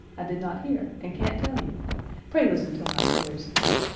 i did not hear and can't tell you pray listen till my story's through.